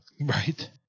Right